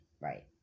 Right